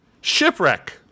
Shipwreck